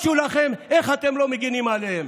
אני רוצה להתייחס למה שקורה בוועדה המסדרת.